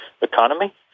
economy